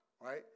right